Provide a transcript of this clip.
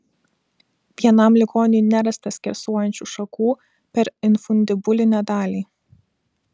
vienam ligoniui nerasta skersuojančių šakų per infundibulinę dalį